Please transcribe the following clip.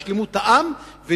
בשלמות העם,